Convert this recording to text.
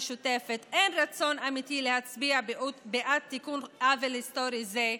המשותפת אין רצון אמיתי להצביע בעד תיקון עוול היסטורי זה.